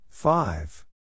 Five